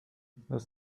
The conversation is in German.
was